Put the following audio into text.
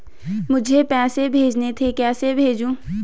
मुझे पैसे भेजने थे कैसे भेजूँ?